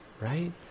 right